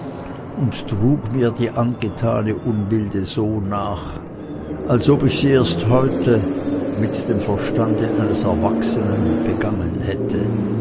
und trug mir die angetane unbilde so nach als ob ich sie erst heute mit dem verstande eines erwachsenen begangen hätte